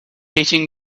hitting